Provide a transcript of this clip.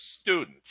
students